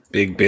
Big